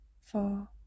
four